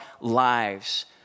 lives